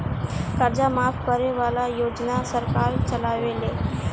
कर्जा माफ करे वाला योजना सरकार चलावेले